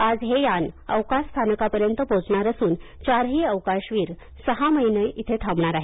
आज हे यान अवकाश स्थानकापर्यंत पोहोचणार असून चारही अवकाशवीर सहा महिने इथं थांबणार आहेत